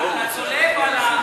על הצולב או על המשולב?